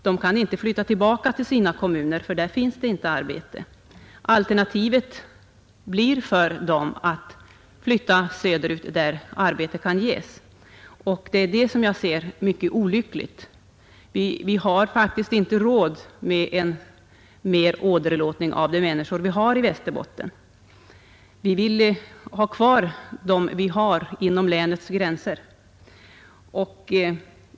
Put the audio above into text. De kan inte flytta tillbaka till sina kommuner, ty där finns inte arbete. Alternativet för dem blir att flytta söderut, där arbete kan ges. Detta anser jag vara mycket olyckligt. Vi har faktiskt inte råd med en ytterligare åderlåtning av befolkningen i Västerbotten. Vi vill ha kvar dem vi har inom länets gränser.